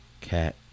Cat